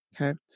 Okay